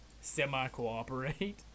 semi-cooperate